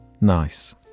nice